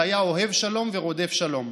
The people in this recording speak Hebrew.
שהיה אוהב שלום ורודף שלום.